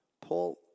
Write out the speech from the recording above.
Paul